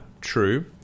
true